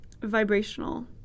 vibrational